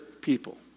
people